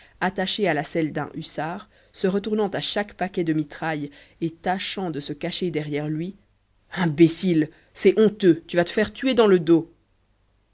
attaché à la selle d'un hussard se retournant à chaque paquet de mitraille et tâchant de se cacher derrière lui imbécile c'est honteux tu vas te faire tuer dans le dos